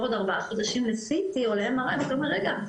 עוד ארבעה חודשים ל-CT או ל-MRI ואתה אומר רגע,